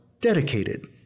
dedicated